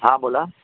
हां बोला